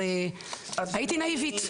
אז הייתי נאיבית.